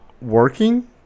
working